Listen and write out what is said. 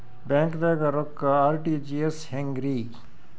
ಬ್ಯಾಂಕ್ದಾಗ ರೊಕ್ಕ ಆರ್.ಟಿ.ಜಿ.ಎಸ್ ಹೆಂಗ್ರಿ?